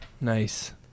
Nice